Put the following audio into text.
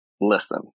listen